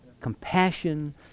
compassion